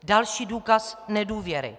Další důkaz nedůvěry.